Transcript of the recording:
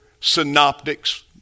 synoptics